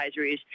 advisories